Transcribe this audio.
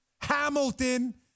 Hamilton